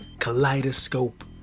kaleidoscope